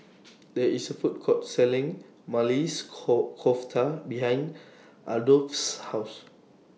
There IS A Food Court Selling Maili Kofta behind Adolphus' House